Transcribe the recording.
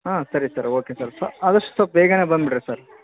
ಹಾಂ ಸರಿ sir okay sir ಆದಷ್ಟು ಸ್ವಲ್ಪ ಬೇಗ ಬಂದು ಬಿಡಿರಿ ಸರ್